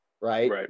right